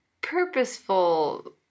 purposeful